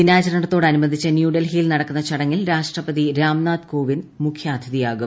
ദിനാചരണത്തോടനുബന്ധിച്ച് ന്യൂഡൽഹിയിൽ നടക്കുന്ന ചടങ്ങിൽ രാഷ്ട്രപതി രാംനാഥ് കോവിന്ദ് മുഖ്യാതിഥിയാകും